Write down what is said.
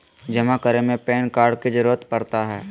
जमा करने में पैन कार्ड की जरूरत पड़ता है?